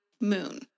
moon